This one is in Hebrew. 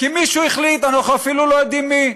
כי מישהו החליט, אנחנו אפילו לא יודעים מי.